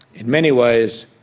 in many ways,